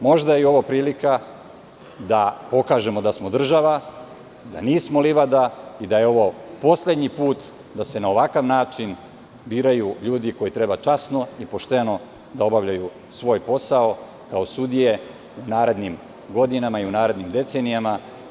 Možda je i ovo prilika da pokažemo da smo država, da nismo livada i da je ovo poslednji put da se na ovakav način biraju ljudi koji treba časno i pošteno da obavljaju svoj posao kao sudije u narednim godinama i u narednim decenijama.